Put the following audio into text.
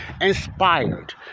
Inspired